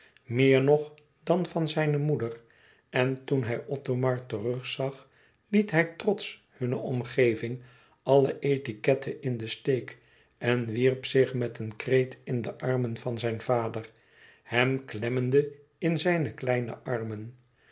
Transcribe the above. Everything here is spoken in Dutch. meer nog dan van zijne moeder en toen hij othomar terugzag liet hij trots hunne omgeving alle etiquette in den steek en wierp zich met een kreet in de armen van zijn vader hem klemmende in zijne kleine armen